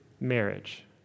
marriage